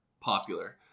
popular